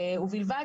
ובלבד